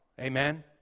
Amen